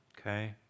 Okay